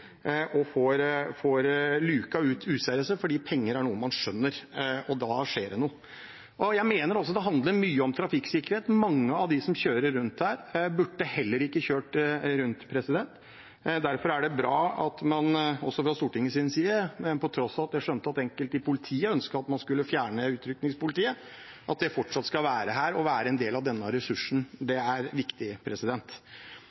og luket ut de useriøse, for penger er noe man skjønner, og da skjer det noe. Jeg mener også det handler mye om trafikksikkerhet. Mange av dem som kjører rundt her, burde ikke kjørt rundt. Derfor er det bra at man fra Stortingets side, på tross av at jeg skjønte at enkelte i politiet ønsket at man skulle fjerne utrykningspolitiet, ønsker at det fortsatt skal være her og være en del av denne ressursen.